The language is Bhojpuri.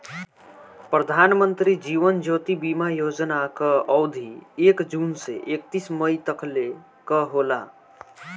प्रधानमंत्री जीवन ज्योति बीमा योजना कअ अवधि एक जून से एकतीस मई तकले कअ होला